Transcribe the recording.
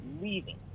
leaving